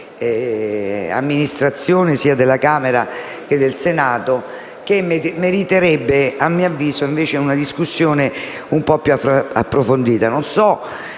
Grazie,